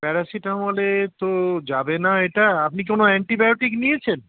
প্যারাসিটামলে তো যাবে না এটা আপনি কোনো অ্যান্টিবায়োটিক নিয়েছেন